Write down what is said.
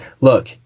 look